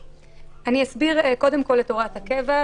אסביר קודם כל את הוראת הקבע,